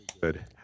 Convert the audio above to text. good